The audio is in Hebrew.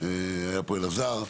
היה פה אלעזר,